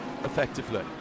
effectively